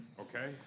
okay